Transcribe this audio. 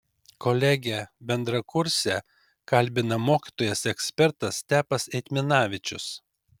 kolegę bendrakursę kalbina mokytojas ekspertas stepas eitminavičius